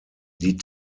die